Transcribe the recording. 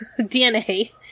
DNA